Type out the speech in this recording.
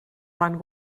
van